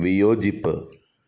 വിയോജിപ്പ്